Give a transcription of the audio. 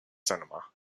cinema